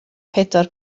pedwar